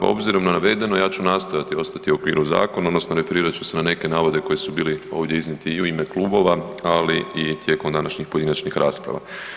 Obzirom na navedeno ja ću nastojati ostati u okviru zakona odnosno referirat ću se na neke navode koji su bili ovdje iznijeti i u ime klubova, ali i tijekom današnjih pojedinačnih rasprava.